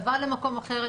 עבר למקום אחר,